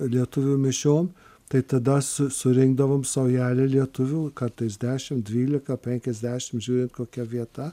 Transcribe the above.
lietuvių mišiom tai tada su surinkdavom saujelę lietuvių kartais dešim dvylika penkiasdešim žiūrint kokia vieta